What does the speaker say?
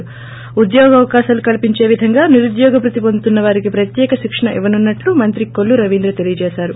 ి ఉద్యోగావకాసాలు కల్సించే విధంగా నిరుద్యోగభృతి పొందుతున్న వారికి ప్రత్యేక శిక్షణ ఇవ్వనున్నట్లు మంత్రి కోల్లు రవీంద్ర తెలిపారు